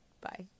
Bye